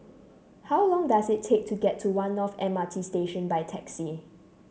how long does it take to get to One North M R T Station by taxi